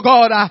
God